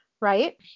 Right